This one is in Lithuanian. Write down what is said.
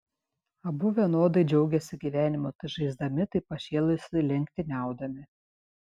abu vienodai džiaugėsi gyvenimu tai žaisdami tai pašėlusiai lenktyniaudami